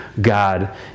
God